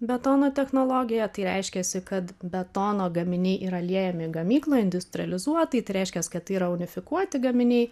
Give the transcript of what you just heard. betono technologija tai reiškiasi kad betono gaminiai yra liejami gamykloj industrializuotai tai reiškias kad tai yra unifikuoti gaminiai